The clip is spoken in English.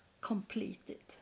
completed